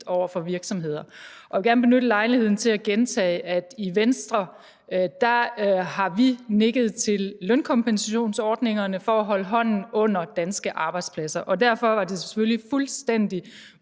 over for virksomheder. Jeg vil gerne benytte lejligheden til at gentage, at vi i Venstre har nikket til lønkompensationsordningerne for at holde hånden under danske arbejdspladser. Derfor var det selvfølgelig fuldstændig